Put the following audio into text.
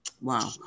wow